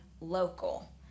local